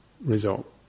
result